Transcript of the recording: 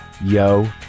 yo